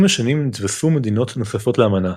עם השנים נתווספו מדינות נוספות לאמנה,